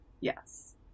Yes